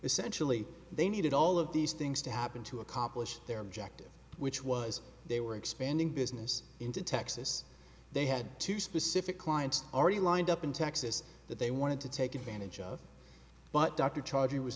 essentially they needed all of these things to happen to accomplish their objective which was they were expanding business into texas they had two specific clients already lined up in texas that they wanted to take advantage of but dr charger was